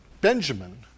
Benjamin